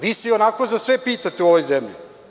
Vi se ionako za sve pitate u ovoj zemlji.